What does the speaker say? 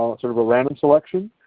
ah sort of a random selection.